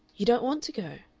you don't want to go?